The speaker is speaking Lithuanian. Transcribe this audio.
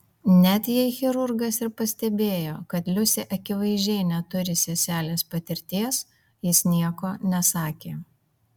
net jei chirurgas ir pastebėjo kad liusė akivaizdžiai neturi seselės patirties jis nieko nesakė